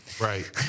Right